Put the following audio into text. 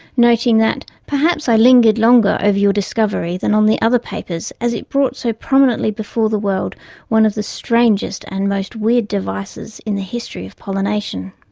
noting that perhaps i lingered longer over your discovery than on the other papers as it brought so prominently before the world one of the strangest and most weird devices in the history of pollination.